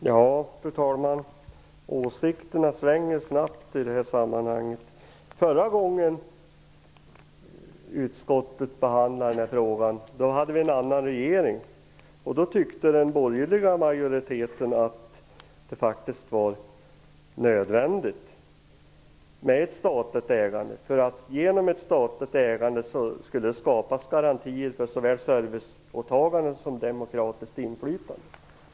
Fru talman! Åsikterna svänger snabbt i de här sammanhangen. Förra gången utskottet behandlade den här frågan hade vi en annan regering, och då tyckte den borgerliga majoriteten att det var nödvändigt med ett statligt ägande. Genom ett statligt ägande skulle det skapas garantier för såväl serviceåtaganden som för demokratiskt inflytande.